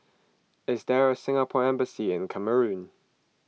is there a Singapore Embassy in Cameroon